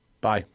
Bye